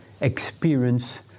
experience